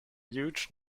huge